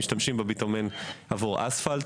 משתמשים בביטומן עבור אספלט.